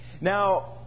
Now